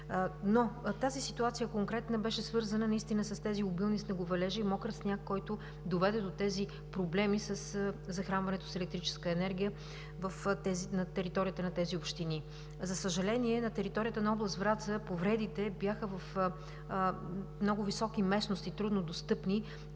конкретната ситуация беше свързана с обилните снеговалежи – мокър сняг, който доведе до проблеми със захранването с електрическа енергия на територията на тези общини. За съжаление, на територията на област Враца повредите бяха в много високи местности – труднодостъпни,